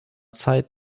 zeit